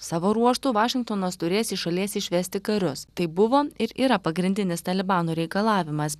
savo ruožtu vašingtonas turės iš šalies išvesti karius tai buvo ir yra pagrindinis talibano reikalavimas